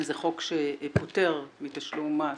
זה חוק שפוטר מתשלום מס